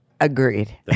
Agreed